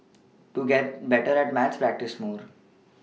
to get better at maths practise more